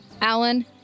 Alan